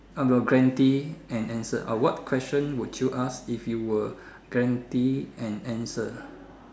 guaranteed an answer what question would you ask if you were guaranteed an answer